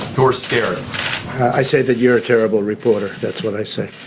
you're scared i say that you're a terrible reporter. that's what i say.